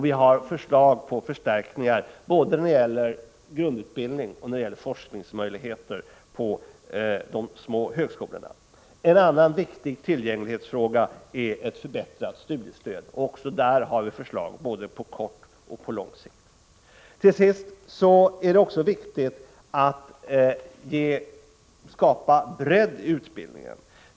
Vi har förslag till förstärkningar när det gäller både grundutbildning och forskningsmöjligheter på de små högskolorna. En annan viktig tillgänglighetsfråga är ett förbättrat studiestöd. Också där har vi förslag på både kort och lång sikt. Till sist är det också viktigt att skapa bredd i utbildningen.